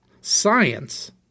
science